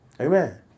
Amen